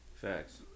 Facts